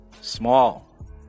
small